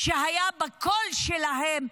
שהיה בקול שלהן,